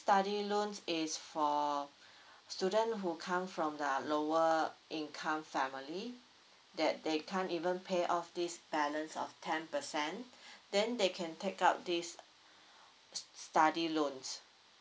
study loans is for student who come from the lower income family that they can't even pay off this balance of ten percent then they can take up this study loans